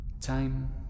Time